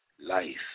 life